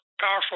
powerful